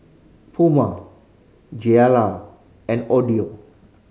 Puma Gilera and Odlo